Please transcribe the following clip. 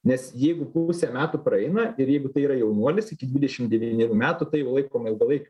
nes jeigu pusė metų praeina ir jeigu tai yra jaunuolis iki dvidešim devynerių metų tai jau laikoma ilgalaikiu